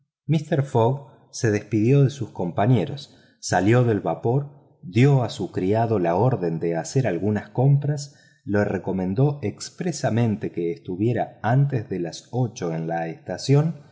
mister fogg se despidió de sus compañeros salió del vapor dio a su criado la orden de hacer algunas compras le recomendó expresamente que estuviera antes de las ocho en la estación